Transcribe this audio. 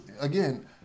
again